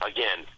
Again